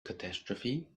catastrophe